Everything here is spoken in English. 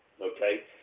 okay